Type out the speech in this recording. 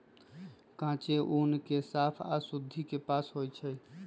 कांचे ऊन के साफ आऽ शुद्धि से पास होइ छइ